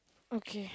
okay